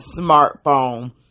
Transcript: smartphone